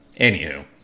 anywho